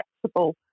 flexible